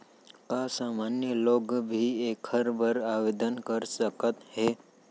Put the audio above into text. का सामान्य लोग भी एखर बर आवदेन कर सकत हे?